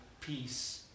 peace